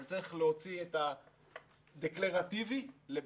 אבל צריך להוציא את הדקלרציה לביצוע.